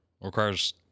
requires